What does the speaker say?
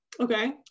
okay